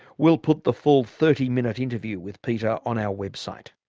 we'll put the full thirty minute interview with peter on our website.